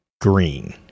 green